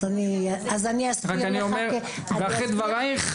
אחרי דבריך,